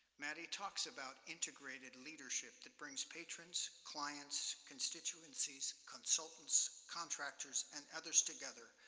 maddy talks about integrated leadership that brings patrons, clients, constituencies, consultants, contractors, and others together,